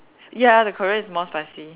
ya the Korean is more spicy